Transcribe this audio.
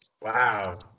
Wow